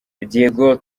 diego